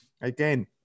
Again